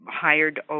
hired